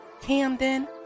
Camden